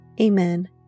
Amen